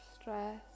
stress